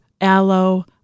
Aloe